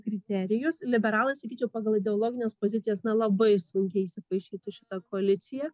kriterijus liberalai sakyčiau pagal ideologines pozicijas na labai sunkiai įsipaišytų į šitą koaliciją